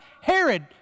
Herod